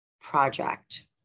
project